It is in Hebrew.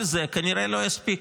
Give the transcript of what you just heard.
כל זה כנראה לא יספיק,